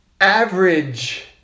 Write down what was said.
average